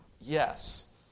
Yes